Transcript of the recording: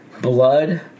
blood